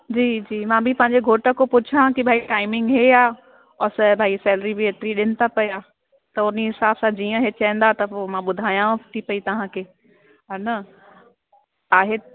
जी जी मां बि पंहिंजे घोट खां पुछा कि भाई टाइमिंग इहा आहे और भाई सैलरी बि ॾियनि था पिया त हुन हिसाब सां जीअं इहे चवंदा त पोइ मां ॿुधायांव थी पेई तव्हांखे इहा न आहे